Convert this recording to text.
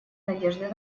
надежды